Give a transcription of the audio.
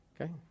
Okay